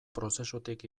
prozesutik